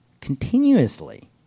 continuously